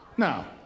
Now